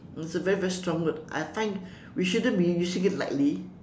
it's a very very strong word I find we shouldn't be using it lightly